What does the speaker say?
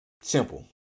simple